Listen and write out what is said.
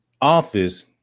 office